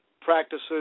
practices